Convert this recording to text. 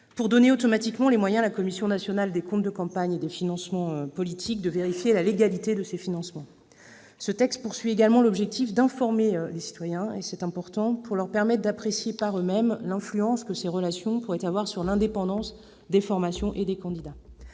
pour donner automatiquement les moyens à la Commission nationale des comptes de campagne et des financements politiques de vérifier la légalité de ces financements. Ce texte poursuit également l'objectif d'informer les citoyens pour leur permettre d'apprécier par eux-mêmes l'influence que ces relations pourraient avoir sur l'indépendance des formations et des candidats.